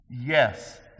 yes